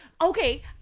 okay